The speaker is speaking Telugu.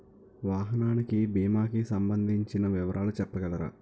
వాహనానికి భీమా కి సంబందించిన వివరాలు చెప్పగలరా?